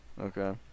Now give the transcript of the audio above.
okay